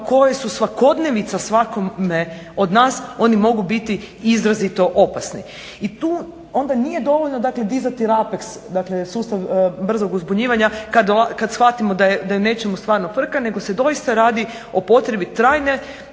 koje su svakodnevica svakom od nas oni mogu biti izrazito opasni i tu onda nije dovoljno dakle dizati …, dakle sustav brzog uzbunjivanja kad shvatimo da je u nečemu stvarno frka nego se doista radi o potrebi trajne